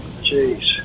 Jeez